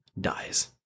Dies